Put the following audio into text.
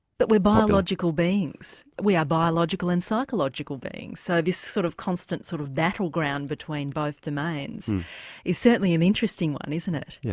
but we're biological beings, we are biological and psychological beings so this sort of constant sort of battleground both domains is certainly an interesting one isn't it? yeah